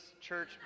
church